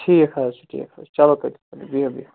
ٹھیٖک حظ چھُ ٹھیٖک حظ چھُ چَلو بِہِو بِہِو